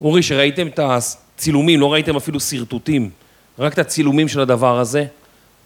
אורי, שראיתם את הצילומים, לא ראיתם אפילו שרטוטים, רק את הצילומים של הדבר הזה?